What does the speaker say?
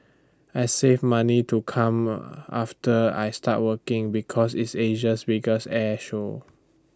I saved money to come after I started working because it's Asia's biggest air show